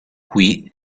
qui